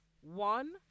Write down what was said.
one